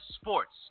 sports